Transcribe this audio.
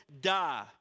die